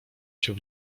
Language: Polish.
się